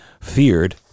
feared